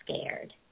scared